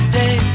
day